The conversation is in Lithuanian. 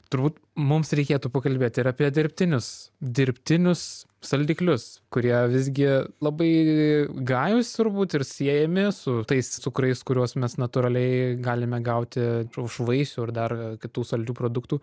turbūt mums reikėtų pakalbėti ir apie dirbtinius dirbtinius saldiklius kurie visgi labai gajūs turbūt ir siejami su tais cukrais kuriuos mes natūraliai galime gauti už vaisių ir dar kitų saldžių produktų